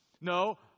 No